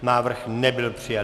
Návrh nebyl přijat.